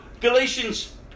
Galatians